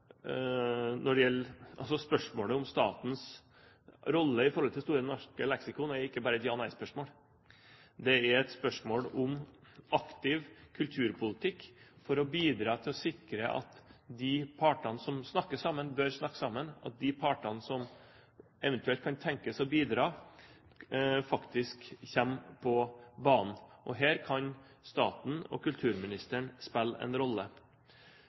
Det er et spørsmål om aktiv kulturpolitikk for å bidra til å sikre at de partene som bør snakke sammen, snakker sammen, og de partene som eventuelt kan tenkes å bidra, faktisk kommer på banen. Her kan staten og kulturministeren spille en rolle.